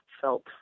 felt